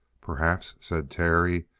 perhaps, said terry,